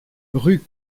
rue